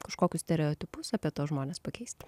kažkokius stereotipus apie tuos žmones pakeist